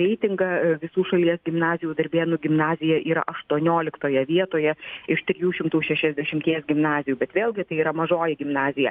reitingą visų šalies gimnazijų darbėnų gimnazija yra aštuonioliktoje vietoje iš trijų šimtų šešiasdešimties gimnazijų bet vėlgi tai yra mažoji gimnazija